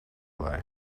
lie